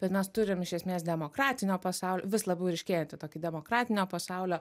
bet mes turim iš esmės demokratinio pasaulio vis labiau ryškėjanti tokį demokratinio pasaulio